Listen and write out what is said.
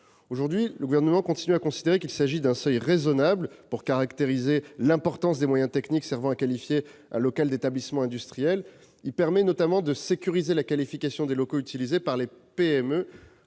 euros. Le Gouvernement continue de considérer qu'il s'agit d'un seuil raisonnable pour caractériser l'importance des moyens techniques servant à qualifier un local d'établissement industriel. Il permet notamment de sécuriser la qualification des locaux utilisés par les PME,